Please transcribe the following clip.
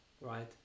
right